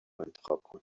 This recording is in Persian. انتخاب